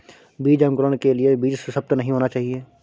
बीज अंकुरण के लिए बीज सुसप्त नहीं होना चाहिए